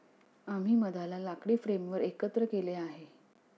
आम्ही मधाला लाकडी फ्रेमवर एकत्र केले आहे